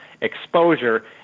exposure